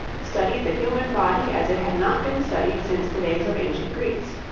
studied the human body as it had not been studied since the days of ancient greece.